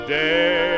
day